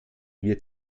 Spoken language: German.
wird